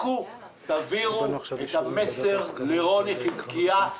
לכו ותעבירו את המסר לרוני חזקיהו,